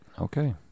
Okay